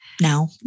Now